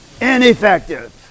ineffective